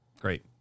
Great